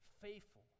faithful